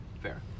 Fair